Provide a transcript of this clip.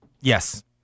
Yes